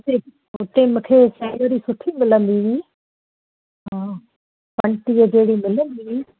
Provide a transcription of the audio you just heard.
उते उते मूंखे सेलरी सुठी मिलंदी हुई हा पंटीह जहिड़ी मिलंदी हुई